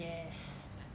yes